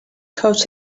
coach